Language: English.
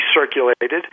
circulated